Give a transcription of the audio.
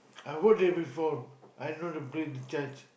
I walk there before I know the place the church